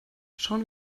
schauen